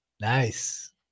Nice